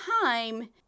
time